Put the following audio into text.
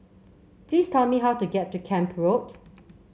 please tell me how to get to Camp Road